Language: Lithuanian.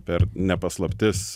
per ne paslaptis